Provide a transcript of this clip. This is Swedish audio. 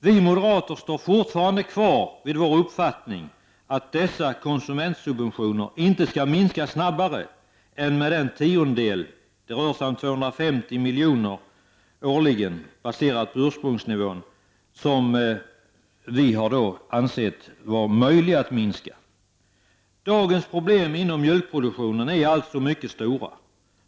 Vi moderater står fortfarande fast vid vår uppfattning att dessa konsumentsubventioner inte skall minska snabbare än med en tiondel — det rör sig om 250 miljoner — årligen baserat på ursprungsnivån. Denna minskning anser vi vara möjlig. Dagens problem inom mjölkproduktionen är således mycket stora.